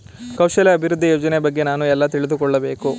ಕೌಶಲ್ಯ ಅಭಿವೃದ್ಧಿ ಯೋಜನೆಯ ಬಗ್ಗೆ ನಾನು ಎಲ್ಲಿ ತಿಳಿದುಕೊಳ್ಳಬೇಕು?